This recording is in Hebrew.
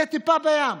זו טיפה בים.